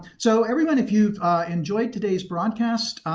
so everyone if you've enjoyed today's broadcast,